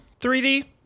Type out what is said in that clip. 3D